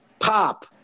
pop